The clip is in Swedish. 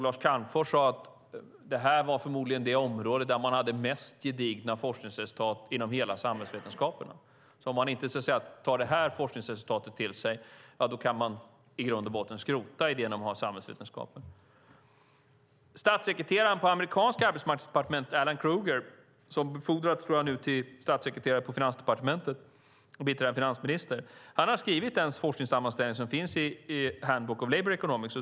Lars Calmfors har sagt att det här förmodligen är det område inom hela samhällsvetenskapen där man har de mest gedigna forskningsresultaten. Om man inte tar det här forskningsresultatet till sig kan man skrota idén om samhällsvetenskaper. Statssekreteraren på det amerikanska arbetsmarknadsdepartementet, Alan Krueger som nu har befordrats till statssekreterare på finansdepartementet och biträdande finansminister, har skrivit den forskningssammanställning som finns i Handbook of Labour Economics.